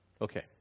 Okay